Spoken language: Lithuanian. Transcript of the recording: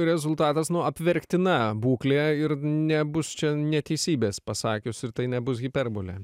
rezultatas nu apverktina būklė ir nebus čia neteisybės pasakius ir tai nebus hiperbolė